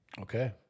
Okay